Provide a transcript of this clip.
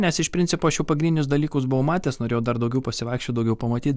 nes iš principo aš jau pagrindinius dalykus buvau matęs norėjau dar daugiau pasivaikščiot daugiau pamatyt